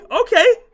okay